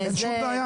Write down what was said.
אין שום בעיה,